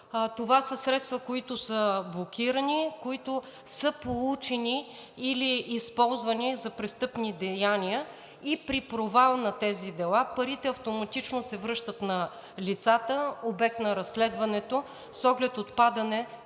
това са средства, които са блокирани, които са получени или използвани за престъпни деяния, и при провал на тези дела парите автоматично се връщат на лицата – обект на разследването, с оглед отпадане